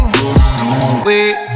Wait